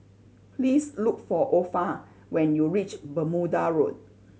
please look for Orpha when you reach Bermuda Road